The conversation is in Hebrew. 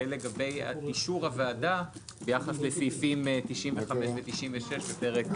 ולגבי אישור הוועדה ביחס לסעיפים 95 ו-96 בפרק